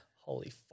holy